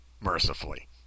mercifully